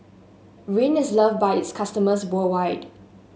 Rene is loved by its customers worldwide